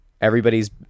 Everybody's